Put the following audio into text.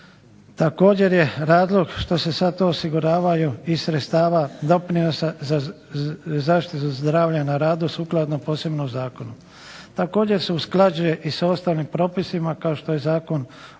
također je razlog što se sad osiguravaju iz sredstava doprinosa za zaštitu zdravlja na radu sukladno posebnom zakonu. Također se usklađuje i sa ostalim propisima kao što je Zakon